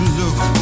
look